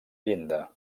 llinda